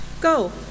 Go